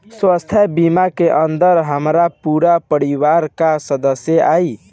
स्वास्थ्य बीमा के अंदर हमार पूरा परिवार का सदस्य आई?